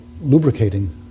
lubricating